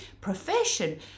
profession